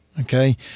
Okay